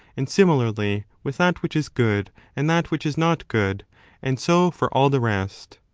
and similarly with that which is good and that which is not good and so for all the rest.